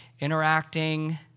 interacting